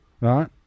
right